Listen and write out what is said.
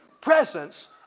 presence